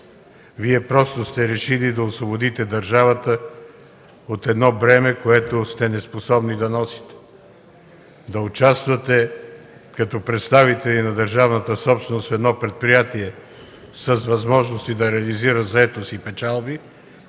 Вие просто сте решили да освободите държавата от бреме, което сте неспособни да носите – да участвате, като представители на държавната собственост в предприятие с възможности да реализира заетост и печалби.